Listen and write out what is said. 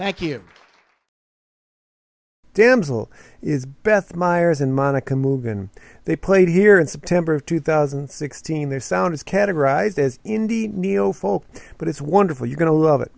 thank you damsel is beth myers and monica movin they played here in september of two thousand and sixteen their sound is categorised as indie neo folk but it's wonderful you're going to love it